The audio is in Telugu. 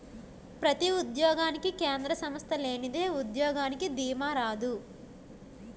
ప్రతి ఉద్యోగానికి కేంద్ర సంస్థ లేనిదే ఉద్యోగానికి దీమా రాదు